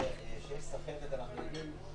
הרי שיש סחבת אנחנו יודעים.